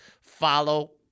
Follow